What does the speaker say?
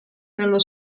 nello